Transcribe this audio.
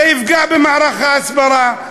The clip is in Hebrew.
זה יפגע במערך ההסברה.